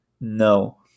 No